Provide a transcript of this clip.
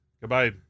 goodbye